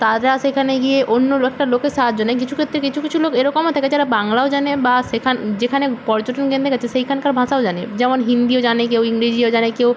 তারা সেখানে গিয়ে অন্য একটা লোকের সাহায্য নেয় কিছু ক্ষেত্রে কিছু কিছু লোক এরকমও থাকে যারা বাংলাও জানে বা সেখান যেখানে পর্যটন কেন্দ্রে গিয়েছে সেখানকার ভাষাও জানে যেমন হিন্দিও জানে কেউ ইংরেজিও জানে কেউ